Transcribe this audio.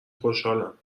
خوشحالم